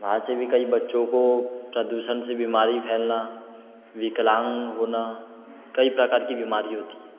वहाँ से भी कई बच्चों को प्रदूषण से बीमारी फैलना विकलांग होना कई प्रकार की बीमारी होती है